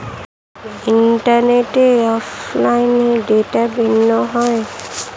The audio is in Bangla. ইন্টারনেটে এবং অফলাইনে ডেটা বিক্রি হয়